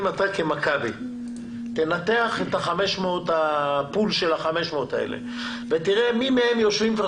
אם אתה כמכבי תנתח את הפול של ה-500 האלה ותראה מי מהם יושבים כבר